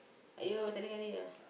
are you ah